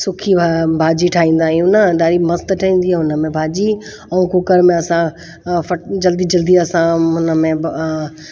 सुकी भाॼी ठाहींदा आहियूं न ॾाढी मस्तु ठहींदी आहे हुनमें भाॼी ऐं कुकर में असां जल्दी जल्दी असां हुनमें